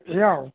ସେଇୟା ଆଉ